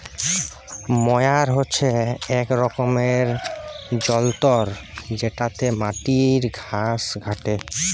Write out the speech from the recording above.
ময়ার হছে ইক রকমের যল্তর যেটতে মাটির ঘাঁস ছাঁটে